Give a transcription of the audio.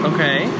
Okay